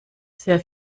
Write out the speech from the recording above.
sehr